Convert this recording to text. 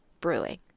brewing